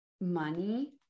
money